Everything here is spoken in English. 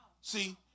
See